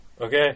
okay